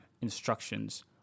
instructions